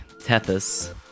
Tethys